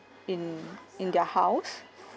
in in their house